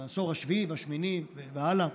העשור השביעי והשמיני והלאה.